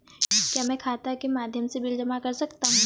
क्या मैं खाता के माध्यम से बिल जमा कर सकता हूँ?